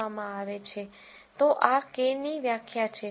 તો આ K ની વ્યાખ્યા છે